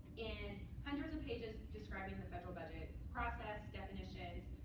and hundreds of pages describing the federal budget, process, definitions,